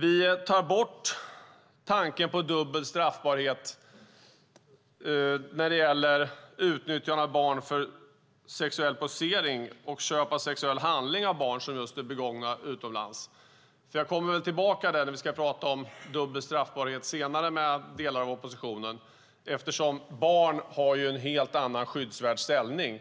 Vi tar bort tanken på dubbel straffbarhet när det gäller utnyttjande av barn för sexuell posering och köp av sexuell handling av barn som är begångna utomlands. Jag kommer tillbaka till denna fråga när vi senare ska prata om dubbel straffbarhet med delar av oppositionen. Barn har en helt annan skyddsvärd ställning